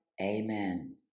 Amen